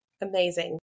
amazing